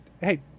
Hey